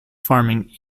farming